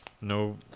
No